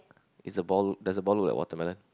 is a ball does the ball look like watermelon